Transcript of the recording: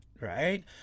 Right